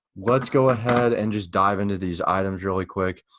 let's go ahead and just dive into these items really quick.